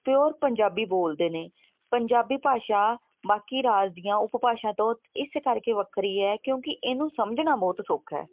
pure Punjabi ਬੋਲਦੇ ਨੇ ਪੰਜਾਬੀ ਭਾਸ਼ਾ ਬਾਕੀ ਰਾਜ ਦੀਆਂ ਉਪਭਾਸ਼ਾ ਤੋਂ ਇਸ ਕਰਕੇ ਵੱਖਰੀ ਹੈ ਕਿਉਂਕਿ ਇਹਨੂੰ ਸਮਝਣਾ ਬਹੁਤ ਸੌਖਾ